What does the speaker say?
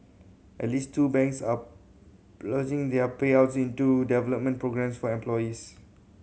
at least two banks are ploughing their payouts into development programmes for employees